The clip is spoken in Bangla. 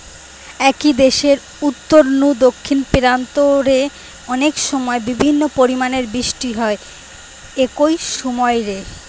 একই দেশের উত্তর নু দক্ষিণ প্রান্ত রে অনেকসময় বিভিন্ন পরিমাণের বৃষ্টি হয় একই সময় রে